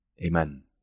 Amen